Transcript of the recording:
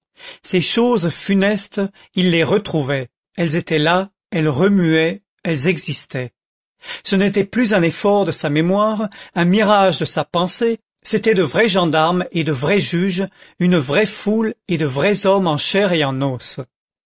ces choses funestes il les retrouvait elles étaient là elles remuaient elles existaient ce n'était plus un effort de sa mémoire un mirage de sa pensée c'étaient de vrais gendarmes et de vrais juges une vraie foule et de vrais hommes en chair et en os